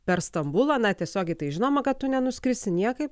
per stambulą na tiesiogiai tai žinoma kad tu nenuskrisi niekaip